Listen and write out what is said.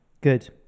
Good